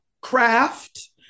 craft